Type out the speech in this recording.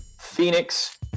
Phoenix